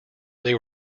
they